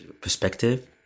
perspective